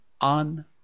on